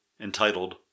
entitled